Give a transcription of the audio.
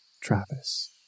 Travis